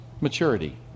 maturity